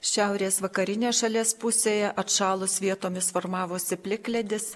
šiaurės vakarinė šalies pusėje atšalus vietomis formavosi plikledis